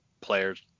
players